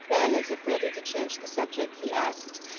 then, as if ready to change the subject, he asked,